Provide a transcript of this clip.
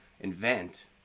invent